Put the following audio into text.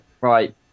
Right